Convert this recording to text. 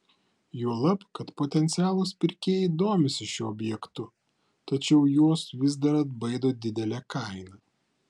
juolab kad potencialūs pirkėjai domisi šiuo objektu tačiau juos vis dar atbaido didelė kaina